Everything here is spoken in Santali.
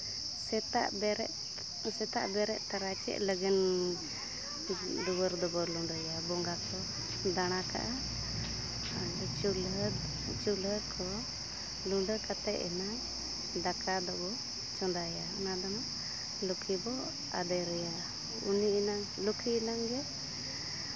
ᱥᱮᱛᱟᱜ ᱵᱮᱨᱮᱫ ᱥᱮᱛᱟᱜ ᱵᱮᱨᱮᱫ ᱛᱟᱨᱟ ᱪᱮᱫ ᱞᱟᱹᱜᱤᱫ ᱫᱩᱣᱟᱹᱨ ᱫᱚᱵᱚᱱ ᱞᱩᱰᱟᱹᱭᱟ ᱵᱚᱸᱜᱟ ᱠᱚ ᱫᱟᱬᱟ ᱠᱟᱜᱼᱟ ᱪᱩᱞᱦᱟᱹ ᱪᱩᱞᱦᱟᱹ ᱠᱚ ᱞᱩᱰᱟᱹ ᱠᱟᱛᱮᱫ ᱮᱱᱟ ᱫᱟᱠᱟ ᱫᱚᱵᱚ ᱪᱚᱸᱫᱟᱭᱟ ᱚᱱᱟᱫᱚ ᱞᱩᱠᱠᱷᱤ ᱵᱚᱱ ᱟᱫᱮᱨᱮᱭᱟ ᱩᱱᱤ ᱨᱮᱱᱟᱝ ᱞᱩᱠᱠᱷᱤ ᱮᱱᱟᱝ ᱜᱮ